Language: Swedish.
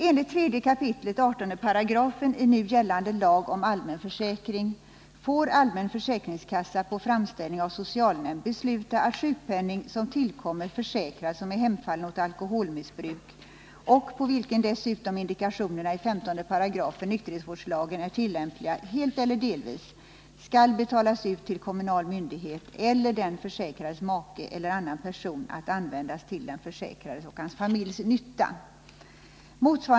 Enligt 3 kap. 18§ i nu gällande lag om allmän försäkring får allmän försäkringskassa på framställning av socialnämnd besluta att sjukpenning som tillkommer försäkrad som är hemfallen åt alkoholsmissbruk och på vilken dessutom indikationerna i 15 § nykterhetsvårdslagen är tillämpliga, helt eller delvis, skall betalas ut till kommunal myndighet eller den försäkrades make eller annan person att användas till den försäkrades och hans familjs nytta.